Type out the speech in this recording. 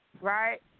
right